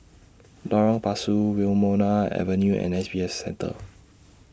Lorong Pasu Wilmonar Avenue and S B F Center